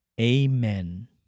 Amen